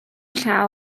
llaw